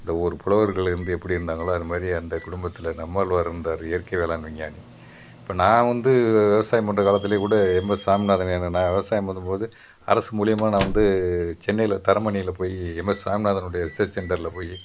இந்த ஊரு புலவர்கள் வந்து எப்படி இருந்தாங்களோ அது மாதிரி அந்த குடும்பத்தில் நம்மால்வாரு இருந்தார் இயற்கை வேளாண் விஞ்ஞானி இப்போ நான் வந்து விவசாயம் பண்ணுற காலத்துலேயே கூட எம் எஸ் சாமிநாதன் என நான் விவசாயம் பண்ணும் போது அரசு மூலிமா நான் வந்து சென்னையில் தரமணியில் போய் எம் எஸ் சாமிநாதன்னுடைய ரீசர்ஜ் சென்டரில் போய்